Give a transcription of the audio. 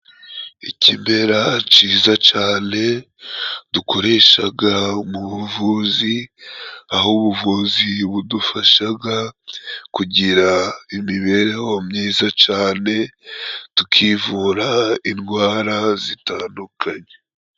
Ikimera ciza cane dukoreshaga mu buvuzi aho ubuvuzi budufashaga kugira imibereho myiza cane tukivura indwara zitandukanye.